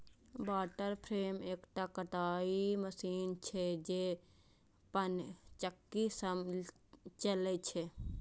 water frame एकटा कताइ machine छियै, जे पनचक्की सं चलै छै